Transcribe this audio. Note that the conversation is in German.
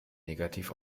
negativ